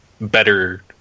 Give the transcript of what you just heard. better